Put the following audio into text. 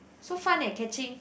so fun leh catching